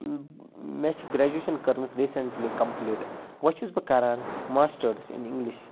مےٚ چھِ گرٮ۪جویٚشن کٔرمٕژ ریٖسنٹلی کمپٕلیٖٹ وَ چھُس بہٕ کَران ماسٹٲرٕس اِن اِنٛگلِش